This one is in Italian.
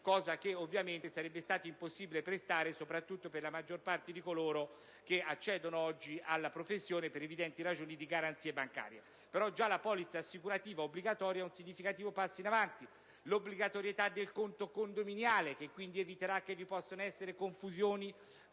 cosa che sarebbe impossibile prestare, soprattutto per la maggior parte di coloro che accedono oggi alla professione, per evidenti ragioni di garanzie bancarie. Tuttavia, già la polizza assicurativa obbligatoria rappresenta un significativo passo in avanti. Inoltre, l'obbligatorietà del conto condominiale eviterà che vi possano essere confusioni